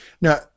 Now